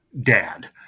dad